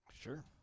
Sure